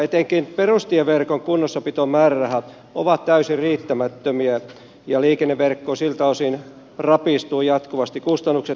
etenkin perustieverkon kunnossapitomäärärahat ovat täysin riittämättömiä ja liikenneverkko siltä osin rapistuu jatkuvasti kustannukset nousevat